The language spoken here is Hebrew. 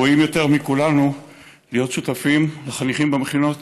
ראויים יותר מכולנו להיות שותפים וחניכים במכינות